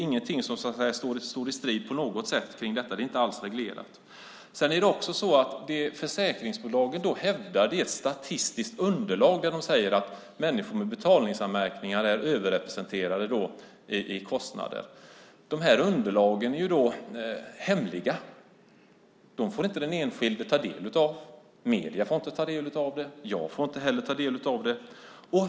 Det här står alltså inte på något sätt i strid med den. Det är inte alls reglerat. Försäkringsbolagen hänvisar till ett statistiskt underlag som säger att människor med betalningsanmärkningar är överrepresenterade i bolagens kostnader. Dessa underlag är hemliga. Dem får inte den enskilde ta del av. Medierna får inte ta del av dem. Jag får inte ta del av dem.